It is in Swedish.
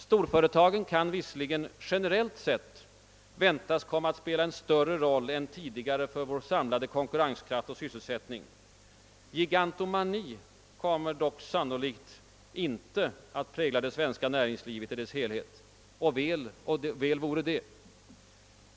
Storföretagen kan visserligen generellt sett väntas komma att spela en större roll än tidigare för vår konkurrenskraft och sysselsättning. Gigantomani kommer dock sannolikt inte att prägla det svenska näringslivet i dess helhet. Och väl vore det.